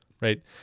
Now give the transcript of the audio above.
right